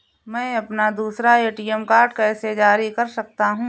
मैं अपना दूसरा ए.टी.एम कार्ड कैसे जारी कर सकता हूँ?